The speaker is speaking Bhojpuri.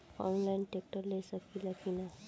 आनलाइन ट्रैक्टर ले सकीला कि न?